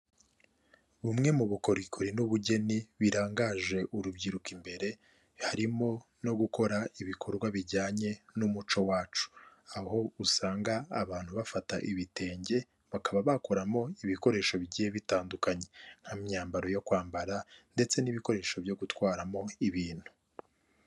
Bumwe mu bukorikori n'ubugeni birangaje urubyiruko imbere, harimo no gukora ibikorwa bijyanye n'umuco wacu, aho usanga abantu bafata ibitenge bakaba bakoramo ibikoresho bigiye bitandukanye nk'imyambaro yo kwambara ndetse n'ibikoresho byo gutwaramo ibintu.